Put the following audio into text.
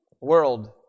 world